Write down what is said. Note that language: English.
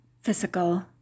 physical